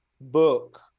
book